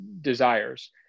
desires